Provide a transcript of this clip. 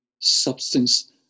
substance